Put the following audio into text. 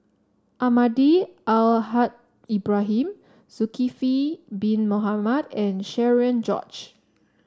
Almahdi Al Haj Ibrahim Zulkifli Bin Mohamed and Cherian George